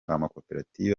amakoperative